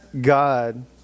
God